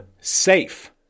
safe